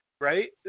right